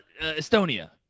Estonia